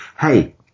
Hey